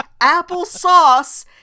applesauce